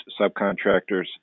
subcontractors